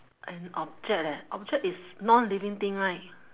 an object leh object is non living thing right